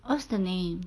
what's the name